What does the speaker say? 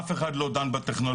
אף אחד לא דן בטכנולוגיה.